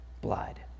blood